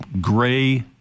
gray